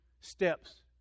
steps